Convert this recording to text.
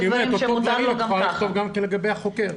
אומר שאפשר לכתוב את זה גם לגבי החוקר.